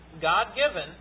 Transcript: God-given